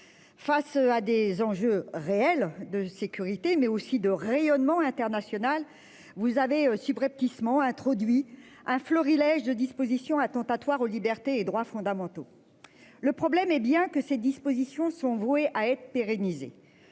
Face à des enjeux réels de sécurité mais aussi de rayonnement international, vous avez subrepticement introduit un florilège de dispositions attentatoires aux libertés et droits fondamentaux. Le problème est bien que ces dispositions sont voués à être pérennisés.